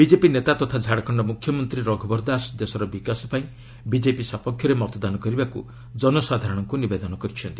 BJP ନେତା ତଥା ଝାଡ଼ଖଣ୍ଡ ମୁଖ୍ୟମନ୍ତ୍ରୀ ରଘୁବର ଦାସ ଦେଶର ବିକାଶ ପାଇଁ ବିଜେପି ସପକ୍ଷରେ ମତଦାନ କରିବାକୁ ଜନସାଧାରଣଙ୍କୁ ନିବେଦନ କରିଛନ୍ତି